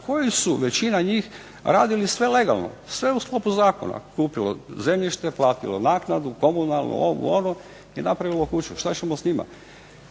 koji su većina njih radili sve legalno, sve u sklopu zakona. Kupilo zemljište, platilo naknadu komunalnu, ovu, onu i napravilo kuću. Što ćemo s njima?